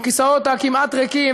הכיסאות הכמעט ריקים,